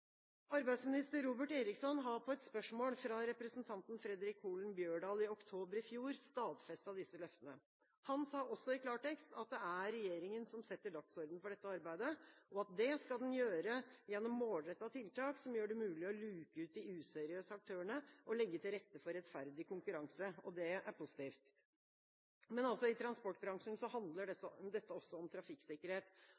Arbeidsminister Robert Eriksson har på et spørsmål fra representanten Fredric Holen Bjørdal i oktober i fjor stadfestet disse løftene. Han sa også i klartekst at det er regjeringa som setter dagsordenen for dette arbeidet, og at det skal den gjøre gjennom målrettede tiltak som gjør det mulig å luke ut de useriøse aktørene og legge til rette for rettferdig konkurranse. Det er positivt. Men i transportbransjen handler dette også om trafikksikkerhet. Da synes jeg det